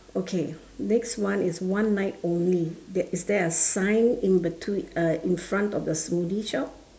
okay next one is one night only that is there a sign in between uh in front of the smoothie shop